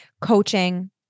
coaching